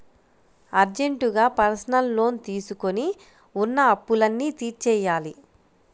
అర్జెంటుగా personal loan తీసుకొని ఉన్న అప్పులన్నీ తీర్చేయ్యాలి